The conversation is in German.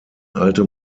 alte